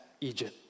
Egypt